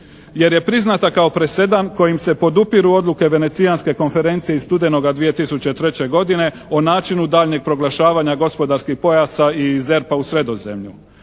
jer je priznata kao presedan kojim se podupiru odluke venecijanske konferencije iz studenoga 2003. godine o načinu daljnjeg proglašavanja gospodarskih pojasa i ZERP-a u Sredozemlju.